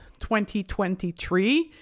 2023